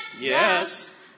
Yes